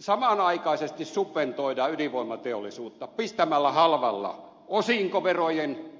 samanaikaisesti subventoidaan ydinvoimateollisuutta pistämällä halvalla osinkoverojen